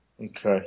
Okay